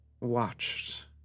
watched